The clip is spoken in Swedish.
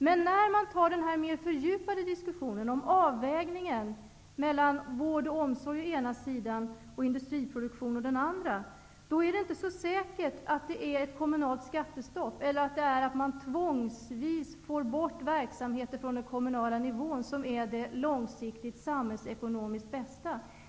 Men när man för en mer fördjupad diskussion om avvägningen mellan vård och omsorg å ena sidan och industriproduktion å den andra, finner man att det inte är så säkert att detta att tvångsvis få bort verksamheter från den kommunala nivån är det långsiktigt samhällsekonomiskt bästa.